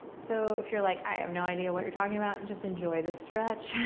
so if you're like, i have no idea what you're talking about, just enjoy this stretch,